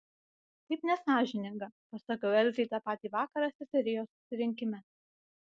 taip nesąžininga pasakiau elzei tą patį vakarą seserijos susirinkime